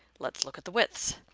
let's look at the widths.